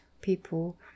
people